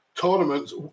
tournaments